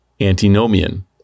antinomian